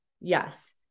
Yes